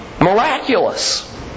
miraculous